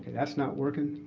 that's not working,